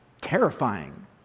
terrifying